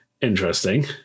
interesting